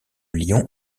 lyon